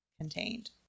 contained